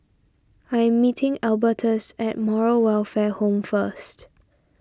I am meeting Albertus at Moral Welfare Home first